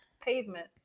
pavement